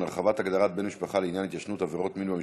הרחבת הגדרת בן משפחה לעניין התיישנות עבירות מין במשפחה),